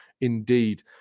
indeed